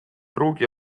pruugi